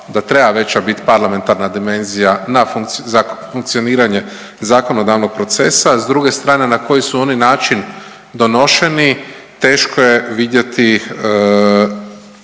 da treba veća bit parlamentarna dimenzija za funkcioniranje zakonodavnog procesa, s druge strane na koji su oni način donošeni teško je vidjeti